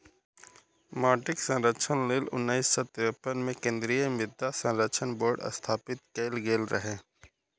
माटिक संरक्षण लेल उन्नैस सय तिरेपन मे केंद्रीय मृदा संरक्षण बोर्ड स्थापित कैल गेल रहै